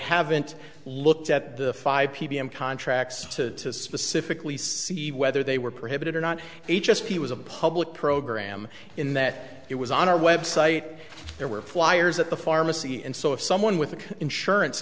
haven't looked at the five ppm contracts to specifically see whether they were prohibited or not h s t was a public program in that it was on our website there were flyers at the pharmacy and so if someone with insurance